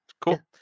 Cool